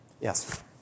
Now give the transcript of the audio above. Yes